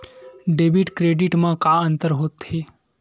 Debit credit मा का अंतर होत हे?